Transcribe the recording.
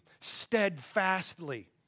steadfastly